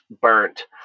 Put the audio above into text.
burnt